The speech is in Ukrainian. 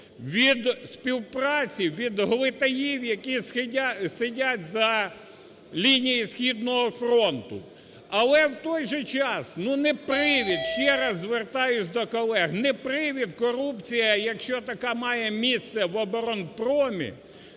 від співпраці, від глитаїв, які сидять за лінією східного фронту. Але в той же час, ну, не привід, ще раз звертаюсь до колег, не привід – корупція, якщо така має місце в оборонпромі,